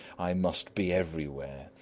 i must be everywhere.